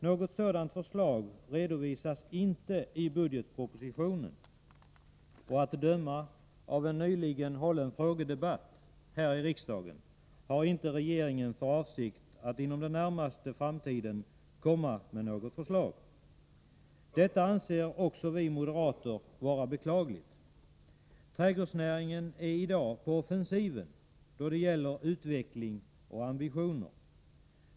Något sådant förslag redovisas inte i budgetpropositionen, och att döma av en nyligen hållen frågedebatt här i riksdagen har inte regeringen för avsikt att inom den närmaste framtiden komma med något förslag. Detta anser också vi moderater vara beklagligt. Trädgårdsnäringen är i dag på offensiven då det gäller utveckling och ambitioner.